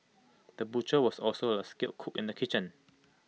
the butcher was also A skilled cook in the kitchen